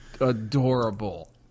Adorable